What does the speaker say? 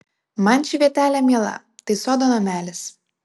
man ši vietelė miela tai sodo namelis